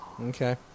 Okay